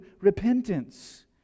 repentance